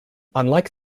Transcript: unlike